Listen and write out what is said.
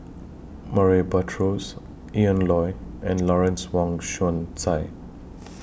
Murray Buttrose Ian Loy and Lawrence Wong Shyun Tsai